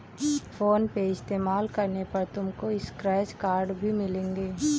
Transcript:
phone पे इस्तेमाल करने पर तुमको स्क्रैच कार्ड्स भी मिलेंगे